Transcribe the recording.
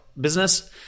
business